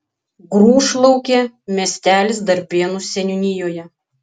grūšlaukė miestelis darbėnų seniūnijoje